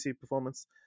performance